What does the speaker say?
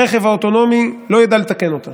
הרכב האוטונומי לא ידע לתקן אותה.